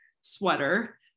sweater